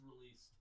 released